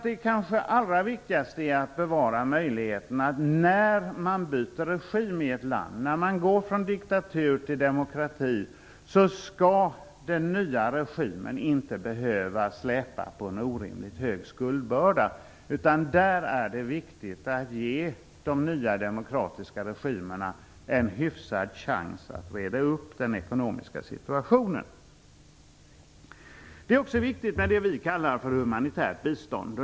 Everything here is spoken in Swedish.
Det kanske allra viktigaste är att bevara möjligheterna att när man byter regim i ett land, när man går från diktatur till demokrati, skall den nya regimen inte behöva släpa på en orimligt hög skuldbörda. Där är det viktigt att ge de nya demokratiska regimerna en hyfsad chans att reda upp den ekonomiska situationen. Det är också viktigt med det vi kallar för humanitärt bistånd.